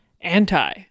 anti